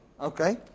Okay